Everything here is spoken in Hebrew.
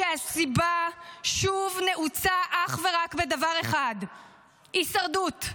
שהסיבה שוב נעוצה אך ורק בדבר אחד: הישרדות.